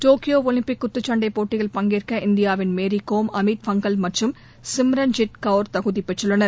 Tokyo Olympic குத்துச்சன்டைப் போட்டியில் பங்கேற்க இந்தியாவின் மேரி கோம் அமித் பங்கல் மற்றும் சிமரன்ஜித் கவுர் தகுதி பெற்றுள்ளனர்